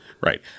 Right